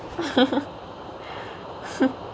for